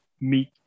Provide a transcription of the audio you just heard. meet